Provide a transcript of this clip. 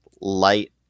light